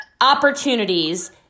opportunities